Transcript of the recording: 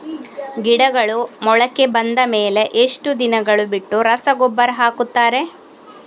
ಗಿಡಗಳು ಮೊಳಕೆ ಬಂದ ಮೇಲೆ ಎಷ್ಟು ದಿನಗಳು ಬಿಟ್ಟು ರಸಗೊಬ್ಬರ ಹಾಕುತ್ತಾರೆ?